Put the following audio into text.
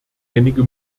einige